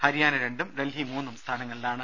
ഹരിയാന രണ്ടും ഡൽഹി മൂന്നും സ്ഥാനങ്ങളിലാണ്